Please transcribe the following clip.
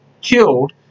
killed